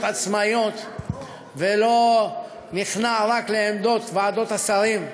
עצמאיות ולא נכנע רק לעמדות ועדות השרים,